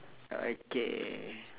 okay